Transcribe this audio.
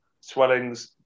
Swelling's